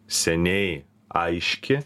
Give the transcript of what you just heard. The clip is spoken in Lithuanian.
seniai aiški